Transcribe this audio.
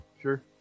Sure